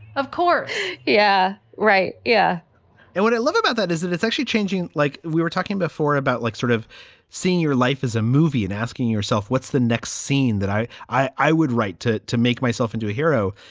of course yeah. right. yeah and what i love about that is that it's actually changing, like we were talking before about like sort of seeing your life as a movie and asking yourself what's the next scene that i i would write to to make myself into a hero.